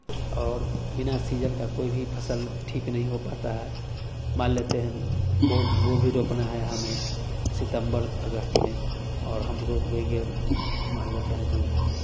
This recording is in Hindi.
और बिना सीजन का कोई भी फ़सल ठीक नहीं हो पाता है मान लेते हैं गो गोभी रोपना है हमें सितंबर अगस्त में हम रोप देंगे मान लेते हैं कि